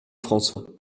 françois